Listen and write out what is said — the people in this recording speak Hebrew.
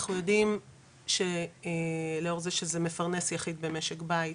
אנחנו יודעים שלאור זה שזה מפרנס יחיד במשק בית,